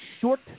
short